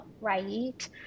right